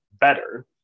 better